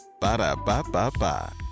ba-da-ba-ba-ba